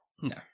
No